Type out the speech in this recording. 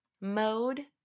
mode